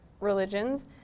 religions